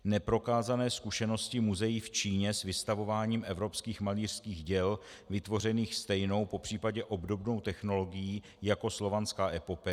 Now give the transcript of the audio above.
neprokázané zkušenosti muzeí v Číně s vystavováním evropských malířských děl vytvořených stejnou, popř. obdobnou technologií jako Slovanská epopej;